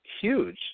huge